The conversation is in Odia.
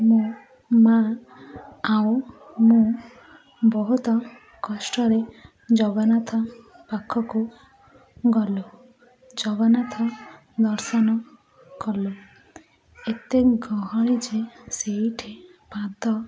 ମୋ ମା ଆଉ ମୁଁ ବହୁତ କଷ୍ଟରେ ଜଗନ୍ନାଥ ପାଖକୁ ଗଲୁ ଜଗନ୍ନାଥ ଦର୍ଶନ କଲୁ ଏତେ ଗହଳି ଯେ ସେଇଠି ପାଦ